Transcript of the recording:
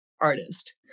artist